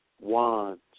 wands